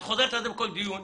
את חוזרת על זה בכל דיון,